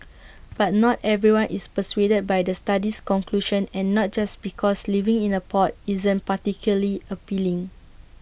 but not everyone is persuaded by the study's conclusion and not just because living in A pod isn't particularly appealing